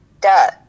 duh